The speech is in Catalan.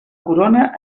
corona